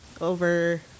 over